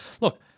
look